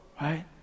right